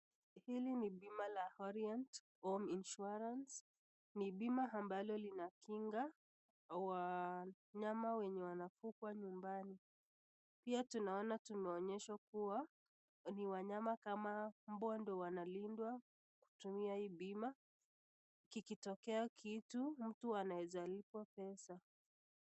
Hilini bima la Orient Home Insurance . Ni bima ambalo linakinga wanyama wenye wanakufa nyumbani. Pia tunaona yumeonyeshwa kua ni wanyama kama mbwa ndo wanalindwa kwa kutumia hii bima. Kikitokea kitu, mtu anaweza lipwa pesa.